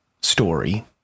story